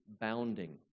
bounding